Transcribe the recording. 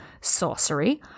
sorcery